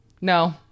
No